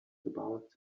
about